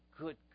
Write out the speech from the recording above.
good